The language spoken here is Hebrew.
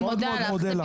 אני מודה לך,